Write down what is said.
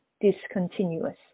discontinuous